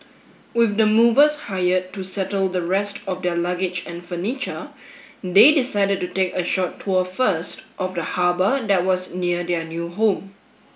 with the movers hired to settle the rest of their luggage and furniture they decided to take a short tour first of the harbour that was near their new home